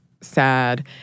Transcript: sad